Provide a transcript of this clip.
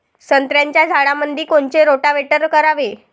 संत्र्याच्या झाडामंदी कोनचे रोटावेटर करावे?